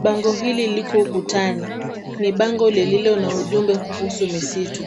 Bango hili liko ukutani, ni bango lililo na ujumbe kuhusu misitu.